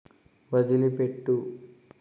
వదిలిపెట్టు